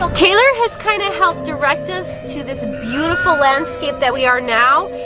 taylor has kind of helped direct us to this beautiful landscape that we are now,